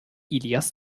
ilias